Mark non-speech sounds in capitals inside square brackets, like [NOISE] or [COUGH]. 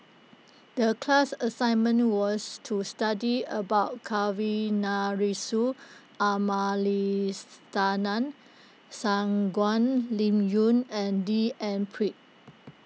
the class assignment was to study about [UNINTELLIGIBLE] Shangguan Liuyun and D N Pritt